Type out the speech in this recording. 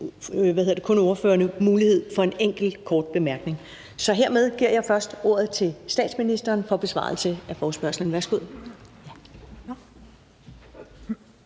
kun give ordførerne mulighed for en enkelt kort bemærkning. Så hermed giver jeg først ordet til statsministeren for besvarelse af forespørgslen. Værsgo.